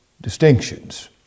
distinctions